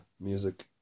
music